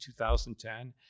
2010